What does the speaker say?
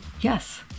yes